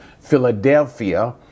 Philadelphia